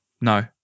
No